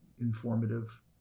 informative